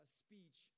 speech